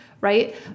right